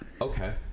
Okay